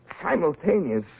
Simultaneous